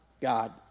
God